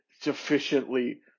sufficiently